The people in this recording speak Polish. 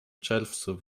czerwcu